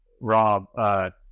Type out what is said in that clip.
Rob